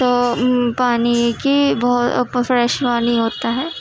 تو پانی کی بہت فریش پانی ہوتا ہے